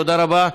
תודה רבה,